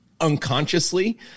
unconsciously